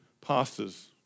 pastors